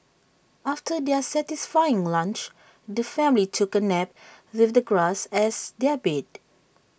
after their satisfying lunch the family took A nap with the grass as their bed